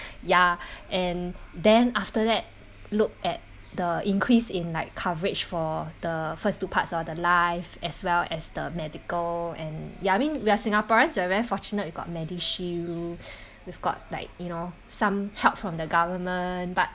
ya and then after that look at the increase in like coverage for the first two parts or the life as well as the medical and ya I mean we are singaporeans we're very fortunate we got medishield we've got like you know some help from the government but